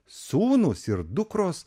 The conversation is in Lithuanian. sūnūs ir dukros